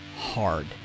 hard